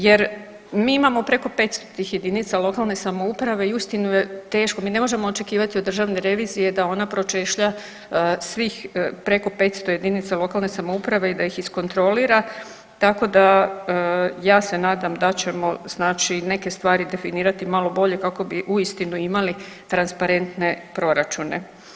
Jer mi imamo preko 500 tih jedinica lokalne samouprave i uistinu je teško, mi ne možemo očekivati od državne revizije da ona pročešlja svih preko 500 jedinica lokalne samouprave i da ih iskontrolira tako da ja se nadam da ćemo znači neke stvari definirati malo bolje kako bi uistinu imali transparentne proračune.